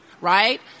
right